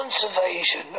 Conservation